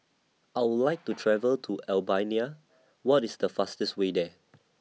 I Would like to travel to Albania What IS The fastest Way There